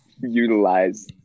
utilize